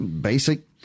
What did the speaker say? basic